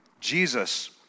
Jesus